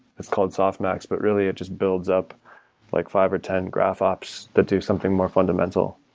it's called softmax, but really it just builds up like five or ten graph ops that do something more fundamental.